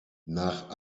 nach